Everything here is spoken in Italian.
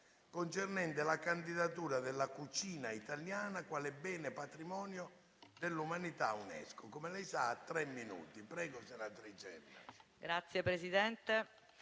finestra") sulla candidatura della cucina italiana quale bene patrimonio dell'umanità UNESCO,